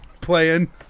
playing